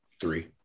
Three